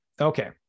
Okay